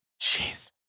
jeez